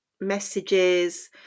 messages